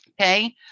Okay